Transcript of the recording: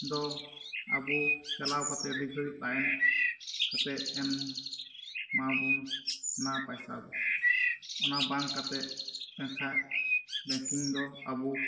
ᱫᱚ ᱟᱵᱚ ᱪᱟᱞᱟᱣ ᱠᱟᱛᱮᱫ ᱟᱹᱰᱤ ᱜᱷᱟᱹᱲᱤ ᱞᱟᱹᱭᱤᱱ ᱠᱟᱛᱮᱫ ᱮᱢᱟᱵᱚᱱᱟᱭ ᱯᱚᱭᱥᱟ ᱫᱚ ᱚᱱᱟ ᱵᱟᱝ ᱠᱟᱛᱮᱫ ᱮᱱᱠᱷᱟᱱ ᱵᱮᱝᱠᱤᱝ ᱫᱚ ᱟᱵᱚ